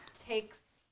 takes